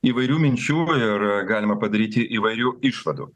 įvairių minčių ir galima padaryti įvairių išvadų